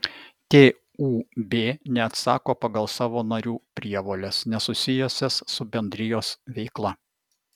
tūb neatsako pagal savo narių prievoles nesusijusias su bendrijos veikla